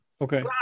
Okay